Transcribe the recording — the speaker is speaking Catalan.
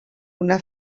una